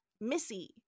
Missy